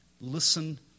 listen